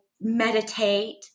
meditate